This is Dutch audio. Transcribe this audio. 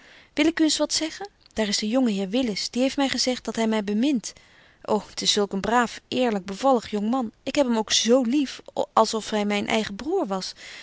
wil ik u eens wat zeggen daar is de jonge heer willis die heeft my gezegt dat hy my bemint ô t is zulk een braaf eerlyk bevallig jongman ik heb hem ook z lief als of hy myn eigen broêr waar